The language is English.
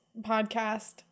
podcast